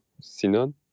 sinan